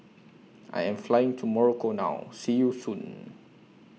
I Am Flying to Morocco now See YOU Soon